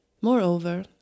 Moreover